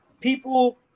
people